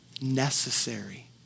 necessary